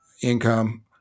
income